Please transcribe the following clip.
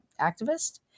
activist